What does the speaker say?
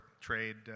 trade